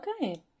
Okay